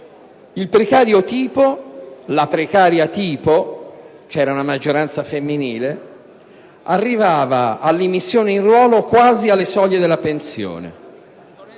il precario tipo, o la precaria tipo, visto che c'era una maggioranza femminile, arrivava all'immissione in ruolo quasi alle soglie della pensione.